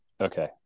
okay